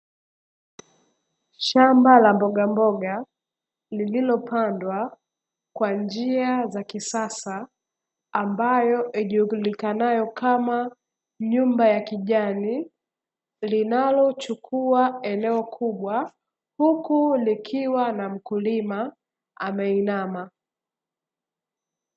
Shamba la mbogamboga lililopandwa kwa njia za kisasa ambayo ijulikanayo kama nyumba ya kijani, linalochukua eneo kubwa huku likiwa na mkulima ameinama.